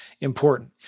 important